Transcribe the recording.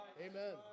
Amen